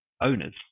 owners